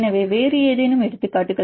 எனவே வேறு ஏதேனும் எடுத்துக்காட்டுகள்